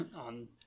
on